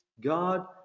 God